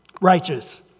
righteous